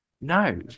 No